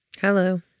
hello